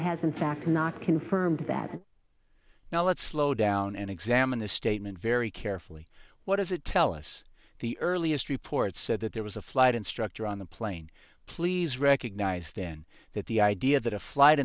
has in fact not confirmed that now let's slow down and examine the statement very carefully what does it tell us the earliest reports said that there was a flight instructor on the plane please recognize then that the idea that a flight